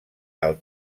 del